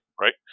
Right